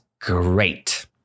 great